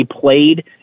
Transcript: played